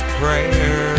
prayer